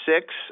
six